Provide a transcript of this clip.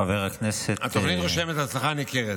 מכיוון, חבר הכנסת, התוכנית רושמת הצלחה ניכרת.